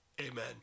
Amen